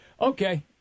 Okay